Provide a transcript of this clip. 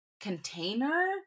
container